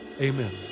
amen